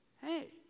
hey